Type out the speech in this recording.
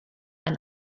ein